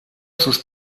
sus